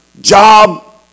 job